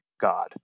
god